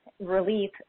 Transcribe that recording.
relief